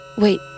Wait